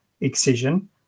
excision